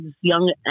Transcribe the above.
young